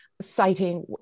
citing